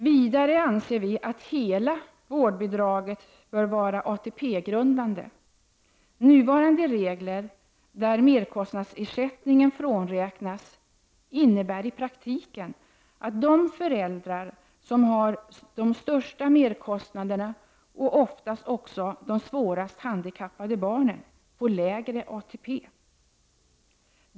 Vidare anser vi att hela vårdbidraget bör vara ATP-grundande. Nuvarande regler där merkostnadsersättningen frånräknas innebär i praktiken att de föräldrar, som har de största merkostnaderna och oftast också de svårast handikappade barnen, får lägre ATP.